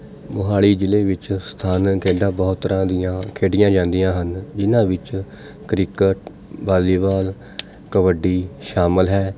ਮੋਹਾਲੀ ਜ਼ਿਲ੍ਹੇ ਵਿੱਚ ਸਥਾਨਕ ਖੇਡਾਂ ਬਹੁਤ ਤਰ੍ਹਾਂ ਦੀਆਂ ਖੇਡੀਆਂ ਜਾਂਦੀਆਂ ਹਨ ਜਿਹਨਾਂ ਵਿੱਚ ਕ੍ਰਿਕਟ ਵਾਲੀਬਾਲ ਕਬੱਡੀ ਸ਼ਾਮਲ ਹੈ